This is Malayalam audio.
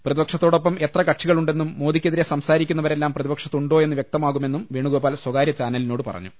പ്രതിപക്ഷത്തോ ടൊപ്പെം എത്ര കക്ഷികളുണ്ടെന്നും മോദിക്കെതിരെ സംസാരിക്കു ന്നവരെല്ലാം പ്രതിപക്ഷത്തുണ്ടോ എന്ന് വ്യക്തമാകുമെന്നും വേണുഗോപാൽ സ്ഥകാരൃ ചാനലിനോട് പറഞ്ഞു